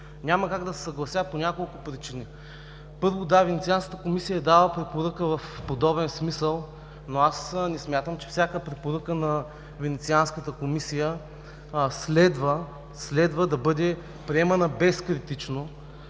Няма как да се съглася по няколко причини. Първо, да – Венецианската комисия е дала препоръка в подобен смисъл, но аз не смятам, че всяка препоръка на Венецианската комисия следва да бъде приемана безкритично